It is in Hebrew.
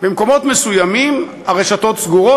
במקומות מסוימים הרשתות סגורות,